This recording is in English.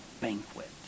banquet